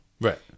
Right